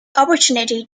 opportunity